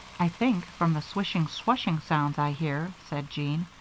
i think, from the swishing, swushing sounds i hear, said jean,